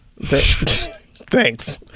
Thanks